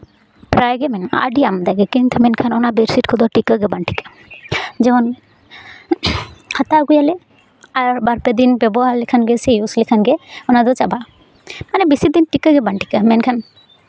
ᱯᱨᱟᱭᱜᱮ ᱢᱮᱱᱟᱜᱼᱟ ᱟᱹᱰᱤ ᱟᱢᱫᱟ ᱜᱮ ᱠᱤᱱᱛᱩ ᱢᱮᱱᱠᱷᱟᱱ ᱚᱱᱟ ᱵᱮᱰᱥᱤᱴ ᱠᱚᱫᱚ ᱴᱤᱠᱟᱹᱣ ᱜᱮ ᱵᱟᱝ ᱴᱤᱠᱟᱹᱜᱼᱟ ᱡᱮᱢᱚᱱ ᱦᱟᱛᱟᱣ ᱟᱜᱩᱭᱟᱞᱮ ᱟᱨ ᱵᱟᱨ ᱯᱮ ᱫᱤᱱ ᱵᱮᱵᱚᱦᱟᱨ ᱞᱮᱠᱷᱟᱱ ᱜᱮ ᱥᱮ ᱤᱭᱩᱥ ᱞᱮᱠᱷᱟᱱ ᱜᱮ ᱚᱱᱟ ᱫᱚ ᱪᱟᱵᱟᱜᱼᱟ ᱢᱟᱱᱮ ᱵᱮᱥᱤ ᱫᱤᱱ ᱴᱤᱠᱟᱹᱣ ᱜᱮᱵᱟᱝ ᱴᱤᱠᱟᱹᱜᱼᱟ ᱢᱮᱱᱠᱷᱟᱱ